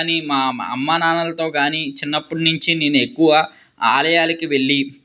మా అమ్మనాన్నలతో గానీ చిన్నప్పటి నుంచి నేను ఎక్కువ ఆలయాలకి వెళ్ళి